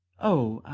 oh,